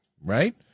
right